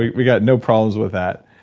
we've got no problems with that.